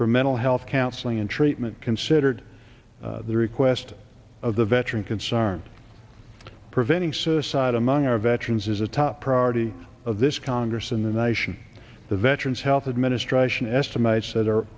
for mental health counseling and treatment considered the request of the veteran concerned preventing suicide among our veterans is a top priority of this congress in the nation the veterans health administration estimates that are